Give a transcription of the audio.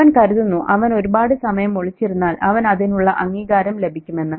അവൻ കരുതുന്നു അവൻ ഒരുപാട് സമയം ഒളിച്ചിരുന്നാൽ അവന് അതിനുള്ള അംഗീകാരം ലഭിക്കുമെന്ന്